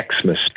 Xmas